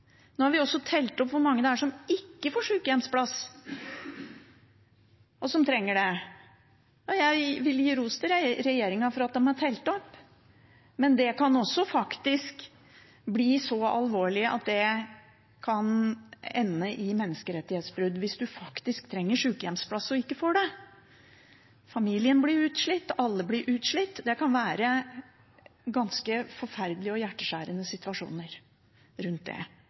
Jeg vil gi ros til regjeringen for at de har telt opp. Men det kan også bli så alvorlig at det kan ende i menneskerettighetsbrudd hvis man trenger sykehjemsplass og ikke får det. Familien blir utslitt, alle blir utslitt, det kan være ganske forferdelige og hjerteskjærende situasjoner rundt det.